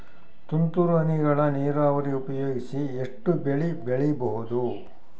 ತುಂತುರು ಹನಿಗಳ ನೀರಾವರಿ ಉಪಯೋಗಿಸಿ ಎಷ್ಟು ಬೆಳಿ ಬೆಳಿಬಹುದು?